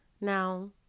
Now